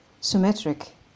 symmetric